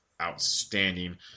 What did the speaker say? outstanding